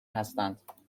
هستند